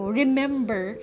remember